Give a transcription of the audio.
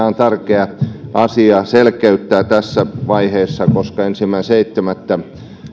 on tärkeä asia selkeyttää tässä vaiheessa koska ensimmäinen seitsemättä